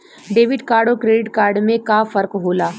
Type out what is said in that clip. Debit card अउर credit card में का फर्क होला?